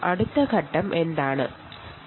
ഇതിന്റെ അടുത്തതായി എന്താണ് നടക്കുന്നത്